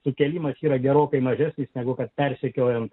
sukėlimas yra gerokai mažesnis negu kad persekiojant